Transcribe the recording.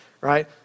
right